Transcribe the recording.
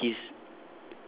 ya and he's